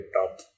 top